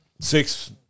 six